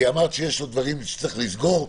כי אמרת שיש עוד דברים שצריך לסגור,